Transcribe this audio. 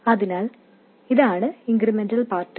അതിനാൽ ഇതാണ് incremental part